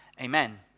Amen